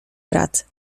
brat